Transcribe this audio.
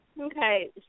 okay